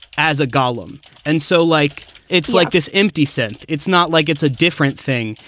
as a golomb, and so like it's like this empty sense. it's not like it's a different thing.